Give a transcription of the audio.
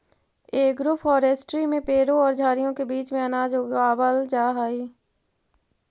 agroforestry में पेड़ों और झाड़ियों के बीच में अनाज उगावाल जा हई